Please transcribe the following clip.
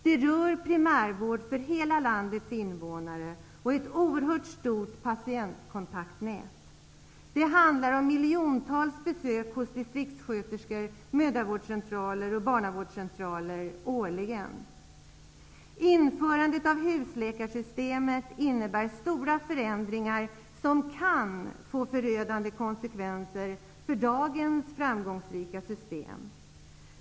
Det rör primärvård för hela landets invånare och ett oerhört stort patientkontaktnät. Det handlar om miljontals besök hos distriktssköterskor, mödravårdscentraler och barnavårdscentraler årligen. Införande av husläkarsystemet innebär stora förändringar som kan få förödande konsekvenser för dagens framgångsrika system.